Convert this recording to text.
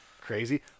crazy